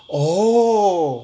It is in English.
oh